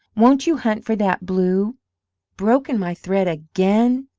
won't you hunt for that blue broken my thread again!